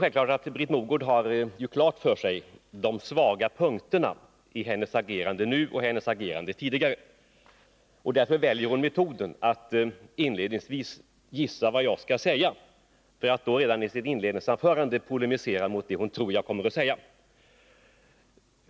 Britt Mogård har naturligtvis de svaga punkterna i sitt agerande nu och tidigare klara för sig. Därför väljer hon metoden att inledningsvis gissa vad jag skall säga, så att hon redan i sitt inledningsanförande polemiserar mot det hon tror att jag kommer att säga.